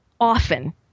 often